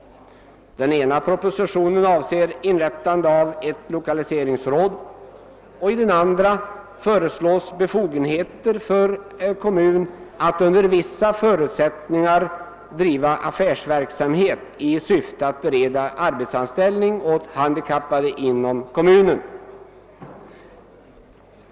Den ena propositionen avser inrättande av ett lokaliseringsråd, och i den andra föreslås befogenheter för en kommun att under vissa förutsättningar driva affärsverksamhet i syfte att bereda arbete åt handikappade inom kommunen.